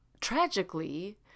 tragically